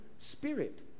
Spirit